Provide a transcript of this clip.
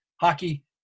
hockey